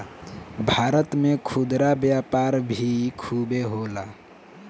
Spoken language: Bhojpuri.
भारत में खुदरा व्यापार भी खूबे होला